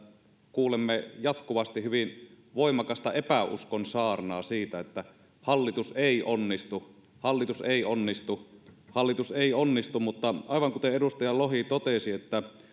kuulemme jatkuvasti hyvin voimakasta epäuskon saarnaa siitä että hallitus ei onnistu hallitus ei onnistu hallitus ei onnistu mutta aivan kuten edustaja lohi totesi